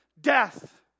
death